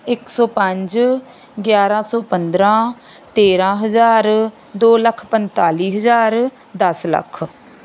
ਇੱਕ ਸੌ ਪੰਜ ਗਿਆਰ੍ਹਾਂ ਸੌ ਪੰਦਰ੍ਹਾਂ ਤੇਰ੍ਹਾਂ ਹਜ਼ਾਰ ਦੋ ਲੱਖ ਪੰਤਾਲੀ ਹਜ਼ਾਰ ਦਸ ਲੱਖ